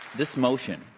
this motion,